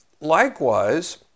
likewise